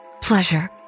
Pleasure